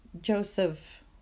Joseph